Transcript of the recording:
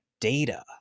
data